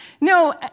No